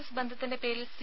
S ബന്ധത്തിന്റെ പേരിൽ C